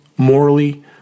Morally